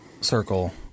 circle